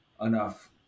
enough